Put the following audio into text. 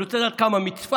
אני רוצה לדעת כמה מצפת.